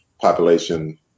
Population